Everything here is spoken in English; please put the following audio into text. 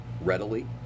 readily